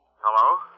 Hello